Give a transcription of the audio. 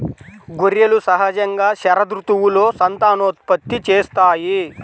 గొర్రెలు సహజంగా శరదృతువులో సంతానోత్పత్తి చేస్తాయి